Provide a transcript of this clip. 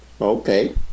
Okay